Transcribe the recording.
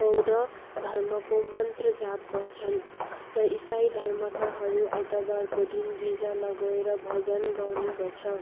बौद्ध धर्मको मन्त्र जाप गर्छन् र इसाई धर्मकाहरू आइतबारको दिन गिर्जामा गएर भजन गाउने गर्छ